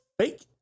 fake